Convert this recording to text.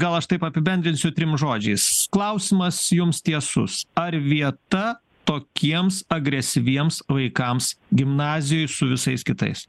gal aš taip apibendrinsiu trim žodžiais klausimas jums tiesus ar vieta tokiems agresyviems vaikams gimnazijoj su visais kitais